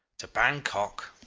to bankok!